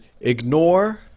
ignore